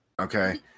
Okay